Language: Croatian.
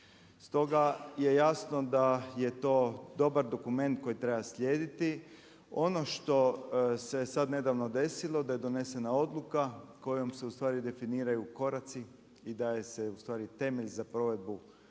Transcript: Stoga je jasno da je to dobar dokument koji treba slijediti, ono što se sad nedavno desilo da je donesena odluka kojom se ustvari definiraju koraci i daje se u stvari temelj za provedbu dakle,